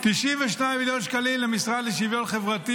92 מיליון שקלים למשרד לשוויון חברתי